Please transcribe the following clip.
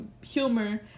humor